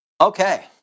Okay